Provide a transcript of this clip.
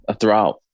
throughout